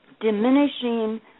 Diminishing